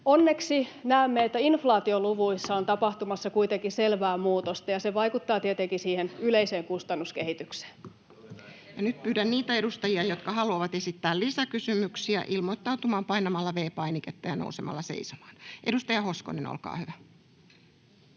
koputtaa] että inflaatioluvuissa on tapahtumassa kuitenkin selvää muutosta, ja se vaikuttaa tietenkin yleiseen kustannuskehitykseen. Ja nyt pyydän niitä edustajia, jotka haluavat esittää lisäkysymyksiä, ilmoittautumaan painamalla V-painiketta ja nousemalla seisomaan. — Edustaja Hoskonen, olkaa hyvä.